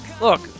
look